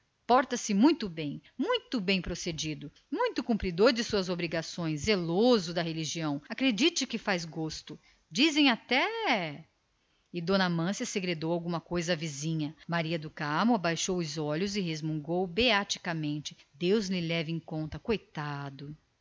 outro porta se muito bem muito bem procedido muito cumpridor das suas obrigações zeloso da religião acredite minha amiga que faz gosto dizem até e amância segredou alguma coisa à vizinha maria do carmo baixou os olhos e resmungou beaticamente deus lhe leve em conta coitado